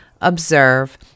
observe